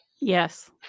yes